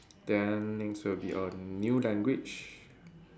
then next will be a new language